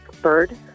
bird